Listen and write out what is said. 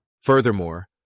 Furthermore